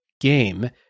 game